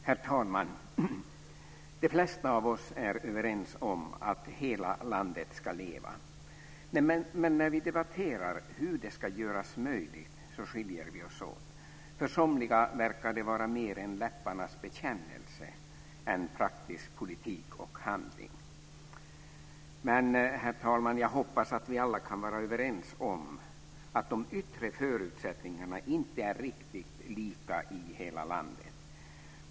Herr talman! De flesta av oss är överens om att hela landet ska leva. Men när vi debatterar hur det ska göras möjligt skiljer vi oss åt. För somliga verkar det vara mera en läpparnas bekännelse än praktisk politik och handling. Men jag hoppas att vi alla kan vara överens om att de yttre förutsättningarna inte är riktigt lika i hela landet.